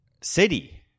city